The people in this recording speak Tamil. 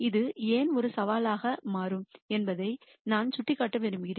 இது ஏன் ஒரு சவாலாக மாறும் என்பதையும் நான் சுட்டிக்காட்ட விரும்புகிறேன்